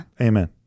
Amen